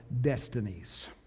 destinies